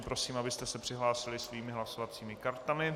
Prosím, abyste se přihlásili svými hlasovacími kartami.